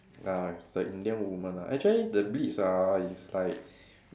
uh it's a Indian woman ah actually the beats ah is like